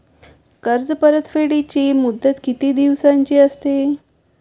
कर्ज परतफेडीची मुदत किती दिवसांची असते?